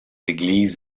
églises